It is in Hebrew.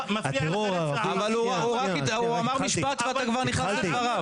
אתה מבטיח --- אבל הוא אמר משפט ואתה כבר נכנס לדבריו.